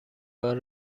بار